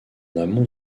amont